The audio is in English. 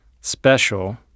Special